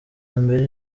mbere